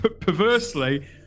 perversely